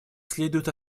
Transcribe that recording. следует